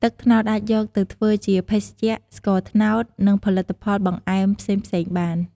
ទឹកត្នោតអាចយកទៅធ្វើជាភេសជ្ជៈ ស្ករត្នោត និងផលិតផលបង្អែមផ្សេងៗបាន។